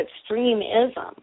extremism